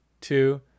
two